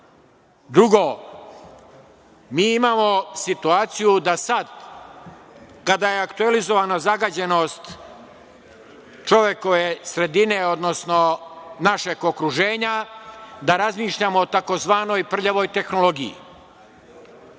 redu. Drugo, mi imamo situaciju da sada kada je aktuelizovana zagađenost čovekove sredine, odnosno našeg okruženja, da razmišljamo o tzv. prljavoj tehnologiji.